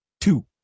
two